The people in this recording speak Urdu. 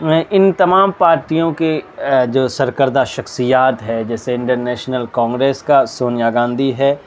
میں ان تمام پارٹیوں کی جو سرکردہ شخصیات ہے جیسے انڈین نیشنل کانگریس کا سونیا گاندھی ہے